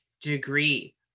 degree